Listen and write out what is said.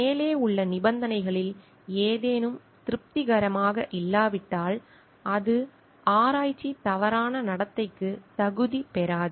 மேலே உள்ள நிபந்தனைகளில் ஏதேனும் திருப்திகரமாக இல்லாவிட்டால் அது ஆராய்ச்சி தவறான நடத்தைக்கு தகுதி பெறாது